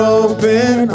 open